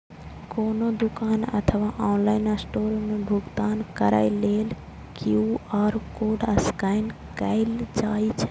कोनो दुकान अथवा ऑनलाइन स्टोर मे भुगतान करै लेल क्यू.आर कोड स्कैन कैल जाइ छै